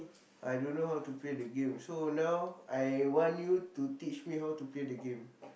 I don't know how to play the game so now I want you to teach me how to play the game